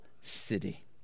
city